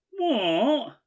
What